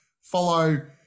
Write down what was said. follow